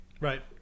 Right